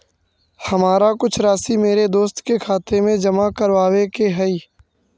हमारा कुछ राशि मेरे दोस्त के खाते में जमा करावावे के हई